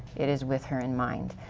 it is with her in mind.